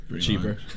Cheaper